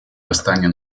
восстания